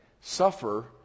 suffer